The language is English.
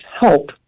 help